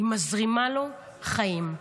היא מזרימה לו חיים.